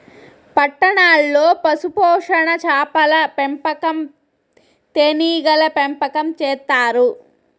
పట్టణాల్లో పశుపోషణ, చాపల పెంపకం, తేనీగల పెంపకం చేత్తారు